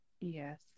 Yes